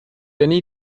jenny